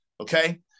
okay